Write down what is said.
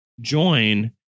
Join